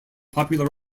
popular